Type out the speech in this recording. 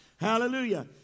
Hallelujah